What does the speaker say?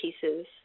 pieces